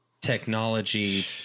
technology